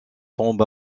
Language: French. tombe